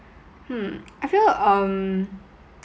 hmm I feel um